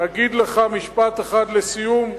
אגיד לך משפט אחד לסיום: